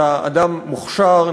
אתה אדם מוכשר,